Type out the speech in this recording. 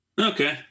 Okay